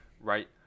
right